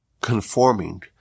conforming